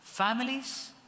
families